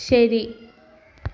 ശരി